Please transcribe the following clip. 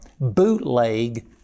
bootleg